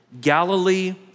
Galilee